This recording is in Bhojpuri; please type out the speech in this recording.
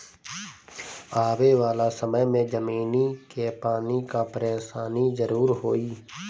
आवे वाला समय में जमीनी के पानी कअ परेशानी जरूर होई